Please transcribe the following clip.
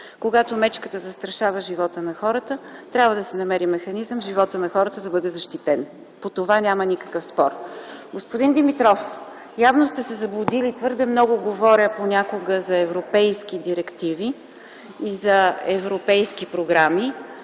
Когато мечката застрашава живота на хората, трябва да се намери механизъм животът на хората да бъде защитен. По това няма никакъв спор. Господин Димитров, явно сте се заблудили. Понякога твърде много говоря за европейски директиви и за европейски програми,